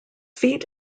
feet